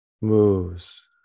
moves